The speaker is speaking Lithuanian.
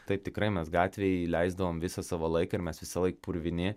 taip tikrai mes gatvėj leisdavom visą savo laiką ir mes visąlaik purvini